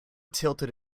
tilted